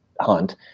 hunt